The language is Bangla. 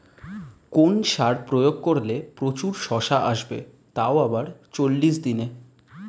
কোন সার প্রয়োগ করলে প্রচুর শশা আসবে তাও আবার চল্লিশ দিনে?